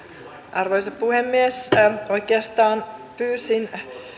arvoisa puhemies oikeastaan pyysin